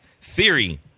theory